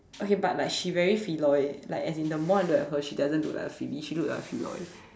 okay but like she very Feloy eh like as in the more I look at her she doesn't look like a Felice she look like a Feloy